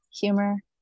humor